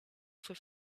for